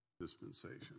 dispensation